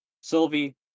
Sylvie